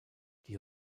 die